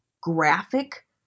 graphic